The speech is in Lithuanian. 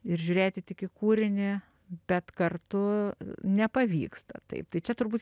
ir žiūrėti tik į kūrinį bet kartu nepavyksta taip tai čia turbūt